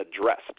addressed